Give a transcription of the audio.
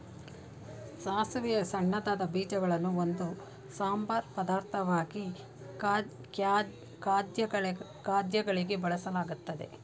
ಸಾಸಿವೆಯ ಸಣ್ಣದಾದ ಬೀಜಗಳನ್ನು ಒಂದು ಸಂಬಾರ ಪದಾರ್ಥವಾಗಿ ಖಾದ್ಯಗಳಿಗೆ ಬಳಸಲಾಗ್ತದೆ